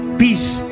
peace